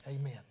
amen